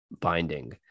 binding